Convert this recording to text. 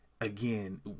again